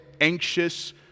anxious